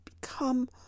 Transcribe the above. become